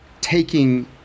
taking